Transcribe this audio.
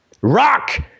Rock